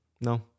No